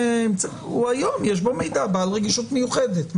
יש בו היום מידע בעל רגישות מיוחדת.